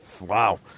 Wow